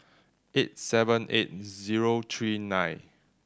eight seven eight zero three nine